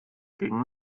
gegen